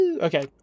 okay